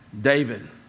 David